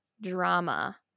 drama